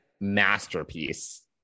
masterpiece